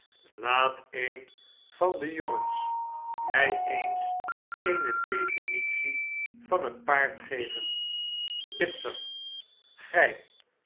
laat een van de jongens mij eens eene deflnitie van een paard geven bitzer gh